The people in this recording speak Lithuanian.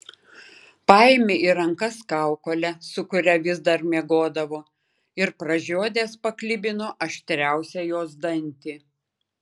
paėmė į rankas kaukolę su kuria vis dar miegodavo ir pražiodęs paklibino aštriausią jos dantį